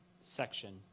section